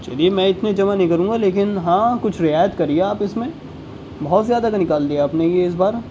چلیے میں اتنے جمع نہیں کروں گا لیکن ہاں کچھ رعایت کریے آپ اس میں بہت زیادہ کا نکال دیا آپ نے یہ اس بار